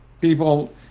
people